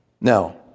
Now